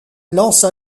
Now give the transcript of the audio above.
lance